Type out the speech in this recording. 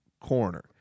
Corner